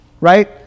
Right